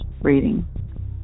reading